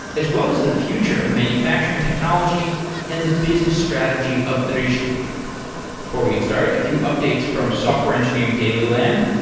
as well as the future of manufacturing technology and the business strategy of the drishti before we get started, a few updates from software engineering daily land,